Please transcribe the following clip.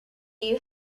you